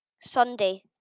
Sunday